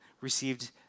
received